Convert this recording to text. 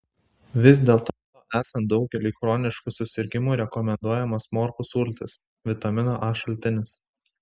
vis dėlto esant daugeliui chroniškų susirgimų rekomenduojamos morkų sultys vitamino a šaltinis